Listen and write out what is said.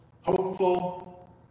hopeful